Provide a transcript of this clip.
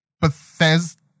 Bethesda